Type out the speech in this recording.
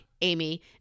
Amy